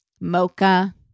mocha